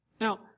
Now